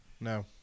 no